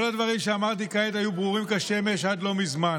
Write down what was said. כל הדברים שאמרתי כעת היו ברורים כשמש עד לא מזמן,